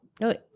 No